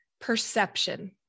perception